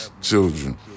children